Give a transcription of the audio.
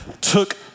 took